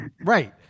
Right